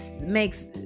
makes